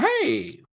Hey